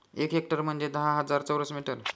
एक हेक्टर म्हणजे दहा हजार चौरस मीटर